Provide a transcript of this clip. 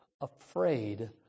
afraid